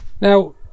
Now